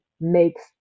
makes